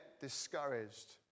discouraged